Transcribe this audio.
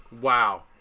wow